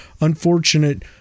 unfortunate